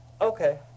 okay